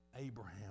Abraham